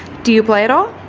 do you play at all?